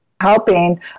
helping